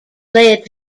led